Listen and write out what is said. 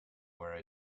where